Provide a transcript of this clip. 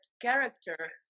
character